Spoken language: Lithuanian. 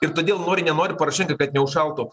ir todėl nori nenori porošenko kad neužšaltų